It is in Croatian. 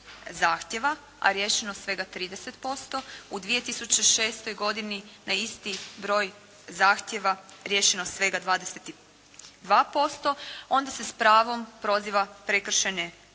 zahtjeva, a riješeno svega 30%, u 2006. godini na isti broj zahtjeva riješeno svega 22%, onda se s pravom proziva prekršajne sudove